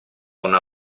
una